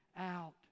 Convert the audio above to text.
out